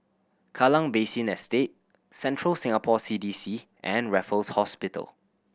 Kallang Basin Estate Central Singapore C D C and Raffles Hospital